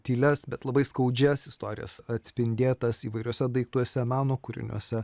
tylias bet labai skaudžias istorijas atspindėtas įvairiuose daiktuose meno kūriniuose